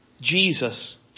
Jesus